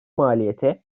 maliyeti